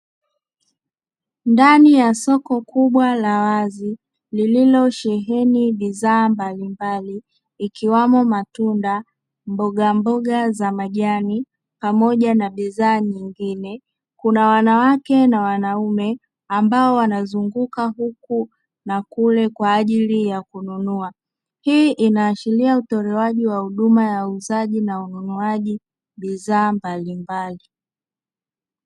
Ndani ya soko kubwa la wazo lililosheheni bidhaa mbalimbali ikiwamo matunda, mbogamboga za majani pamoja na bidhaa nyingine. Kuna wanawake na wanaume ambao wanazunguka huku na kule kwa ajili ya kununua. Hii inaashiria utolewaji wa huduma ya uuzaji na ununuaji ni bidhaa mbalimbali.